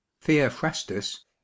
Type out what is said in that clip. theophrastus